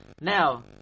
Now